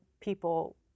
people